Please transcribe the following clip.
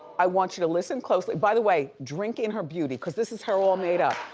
i want you to listen closely, by the way, drink in her beauty, cause this is her all made up.